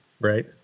right